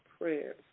prayers